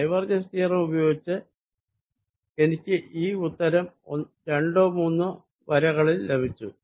divergence theorem ഉപയോഗിച്ച് എനിക്ക് ഈ ഉത്തരം രണ്ടോ മൂന്നോ വരകളിൽ ലഭിച്ചു